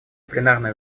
пленарное